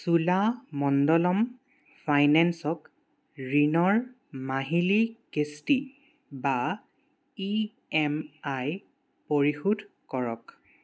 চোলামণ্ডলম ফাইনেন্সক ঋণৰ মাহিলি কিস্তি বা ই এম আই পৰিশোধ কৰক